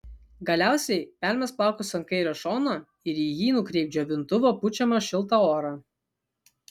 galiausiai permesk plaukus ant kairio šono ir į jį nukreipk džiovintuvo pučiamą šiltą orą